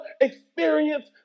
experience